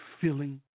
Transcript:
feeling